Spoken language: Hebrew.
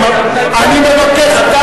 אני מבקש.